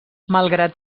malgrat